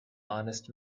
honest